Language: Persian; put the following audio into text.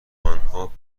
آنها